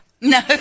No